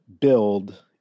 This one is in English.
build